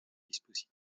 dispositif